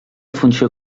funció